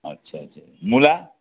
अच्छा अच्छा मुला